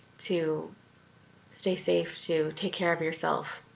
to stay safe, to take care of yourself,